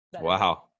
Wow